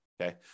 okay